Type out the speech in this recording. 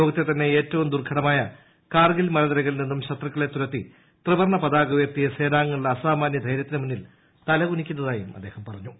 ലോകത്തെ തന്നെ ഏറ്റവും ദുർഘടമായ കാർഗിൽ മലനിരകളിൽ നിന്നും ശത്രുക്കളെ തുരത്തി ത്രിവർണ്ണ പതാക ഉയർത്തിയ സേനാംഗങ്ങളുടെ അസാമാന്യ ധൈര്യത്തിന് മുന്നിൽ തല കുനിക്കുന്നതായും അദ്ദേഹം പറഞ്ഞു